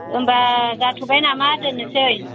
होम्बा जाथ'बाय नामा दोननोसै